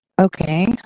Okay